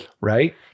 Right